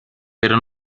pero